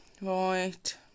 Right